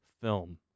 film